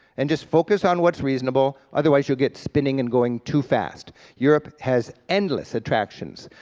and just focus on what's reasonable, otherwise you'll get spinning and going too fast. europe has endless attractions.